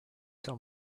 tell